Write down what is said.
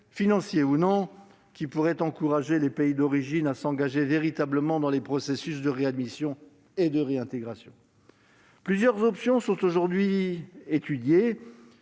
financières ou non, qui pourraient encourager les pays d'origine à s'engager véritablement dans un processus de réadmission et de réintégration. Plusieurs options sont actuellement étudiées,